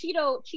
Cheeto